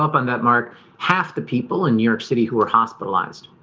on that mark half the people in new york city who were hospitalized